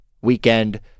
weekend